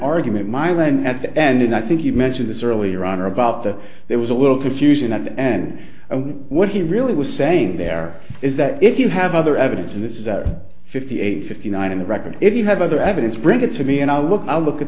argument my line at the end and i think you mentioned this earlier on or about that there was a little confusion and what he really was saying there is that if you have other evidence and this is at fifty eight fifty nine in the record if you have other evidence bring it to me and i'll look i'll look at